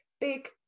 Big